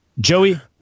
Joey